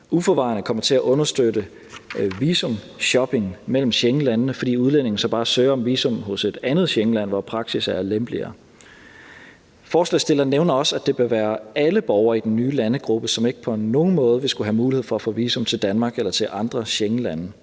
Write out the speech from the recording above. uforvarende kommer til at understøtte visumshopping mellem Schengenlandene, fordi udlændinge så bare søger om visum hos et andet Schengenland, hvor praksis er lempeligere. Forslagsstillerne nævner også, at det bør være alle borgere i den nye landegruppe, som ikke på nogen måde vil skulle have mulighed for at få visum til Danmark eller til andre Schengenlande.